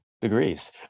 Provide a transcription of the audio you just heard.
degrees